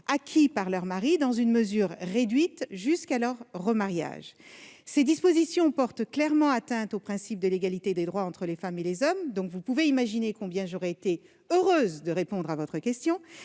acquis par leur mari, dans une mesure réduite, jusqu'à leur remariage. De telles dispositions portent clairement atteinte au principe de l'égalité des droits entre les femmes et les hommes. Vous pouvez donc imaginer combien j'aurais été heureuse de répondre à votre question.